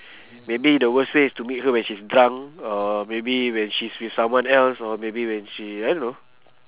maybe the worst way is to meet her when she's drunk or maybe when she's with someone else or maybe when she I don't know